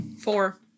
Four